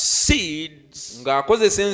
seeds